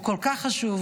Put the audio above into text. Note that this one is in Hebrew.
הוא כל כך חשוב,